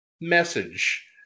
message